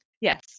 Yes